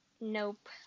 Nope